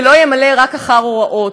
ולא רק ימלא אחר הוראות.